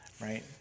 right